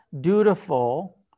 dutiful